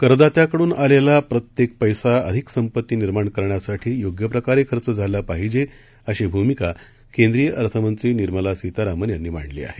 करदात्याकडून आलेला प्रत्येक पैसा अधिक संपत्ती निर्माण करण्यासाठी योग्यप्रकारे खर्च झाला पाहिजेअशी भूमिका केंद्रीय अर्थमंत्री निर्मला सितारामन यांनी मांडली आहे